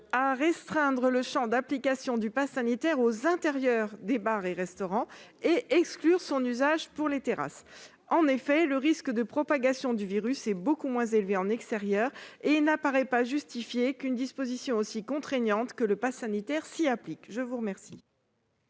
à restreindre le champ d'application du passe sanitaire aux espaces intérieurs des bars et des restaurants et à exclure son usage pour les terrasses. En effet, le risque de propagation du virus est beaucoup moins élevé en extérieur. Il n'apparaît donc pas justifié qu'une disposition aussi contraignante que le passe sanitaire s'y applique. L'amendement